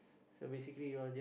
so basically